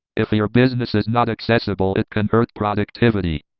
if your business is not accessible, it can hurt productivity,